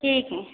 ठीक हैं